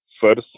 First